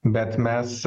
bet mes